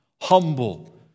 humble